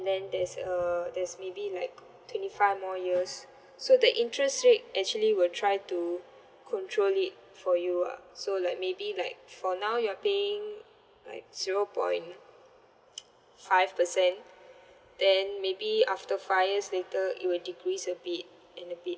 then there's a there's maybe like twenty five more years so the interest rate actually we'll try to control it for you ah so like maybe like for now you're paying like zero point five percent then maybe after five years later it will decrease a bit and a bit